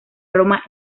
roma